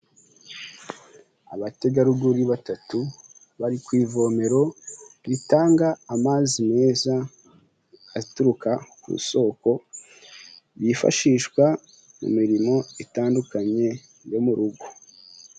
Abategarugori batatu bari ku ivomero ritanga amazi meza aturuka ku isoko, yifashishwa mu mirimo itandukanye yo mu rugo.